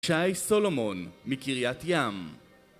שי סולומון, מקריית ים